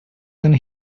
when